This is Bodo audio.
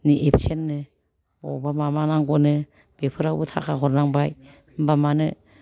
नै एबसेन्ट नो अबावबा माबा नांगौ नो बेफोरावबो थाखा हरनांबाय होनबा मानो